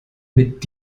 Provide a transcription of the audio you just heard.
mit